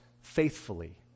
faithfully